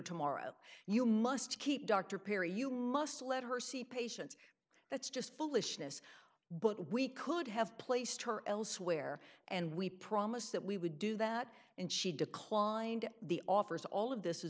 tomorrow you must keep dr perry you must let her see patients that's just foolishness but we could have placed her elsewhere and we promised that we would do that and she declined the offers all of this